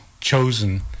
chosen